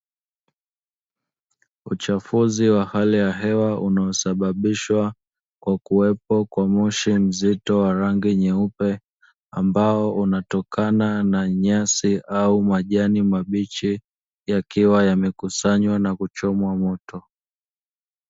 Uchafuzi wa hali ya hewa unaosababishwa kwa kuwepo kwa moshi mzito wa rangi nyeupe, ambao unaotokana na nyasi au majani mabichi yakiwa yamekusanywa na kuchomwa moto.